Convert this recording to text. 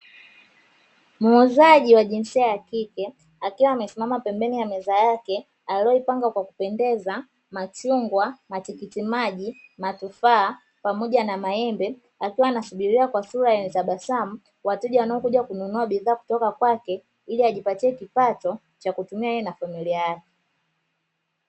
Muuzaji wa jinsia ya kike akiwa amesimama pembeni ya meza yake aliyoipanga kwa kupendeza machungwa, matikiti maji, matufaa pamoja na maembe akiwa anasubiria kwa sura ya tabasamu, wateja wanaokuja kununua bidhaa kutoka kwake, ili ajipatie kipato cha kutumia yeye na familia yake.